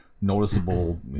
noticeable